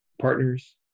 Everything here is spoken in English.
partners